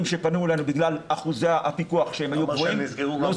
שפנו אלינו בגלל אחוזי הפיקוח שהם היו גבוהים.